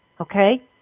Okay